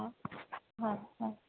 હા હા હા